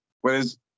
Whereas